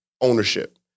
ownership